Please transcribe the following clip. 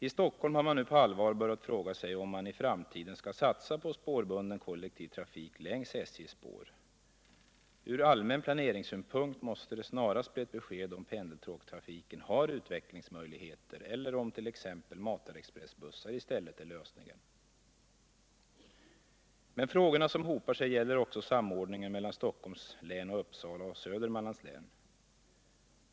I Stockholm har man nu på allvar börjat frågat sig om man i framtiden skall satsa på spårbunden kollektiv trafik längs SJ:s spår. Från allmän planeringssynpunkt måste det snarast bli ett besked om huruvida pendeltågstrafiken har utvecklingsmöjligheter eller om t.ex. matarexpressbussar i stället är lösningen. Men frågorna som hopar sig gäller också samordningen mellan Stockholms län och Uppsala och Södermanlands län.